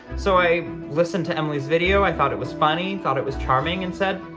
so i listened to emily's video, i thought it was funny, thought it was charming and said,